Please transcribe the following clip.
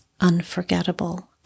unforgettable